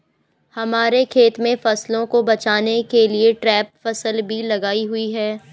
हमारे खेत में फसलों को बचाने के लिए ट्रैप फसल भी लगाई हुई है